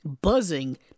buzzing